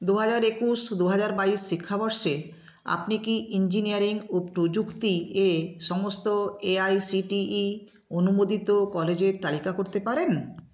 দু হাজার একুশ দু হাজার বাইশ শিক্ষাবর্ষে আপনি কি ইঞ্জিনিয়ারিং ও প্রযুক্তি এ সমস্ত A I C T E অনুমোদিত কলেজের তালিকা করতে পারেন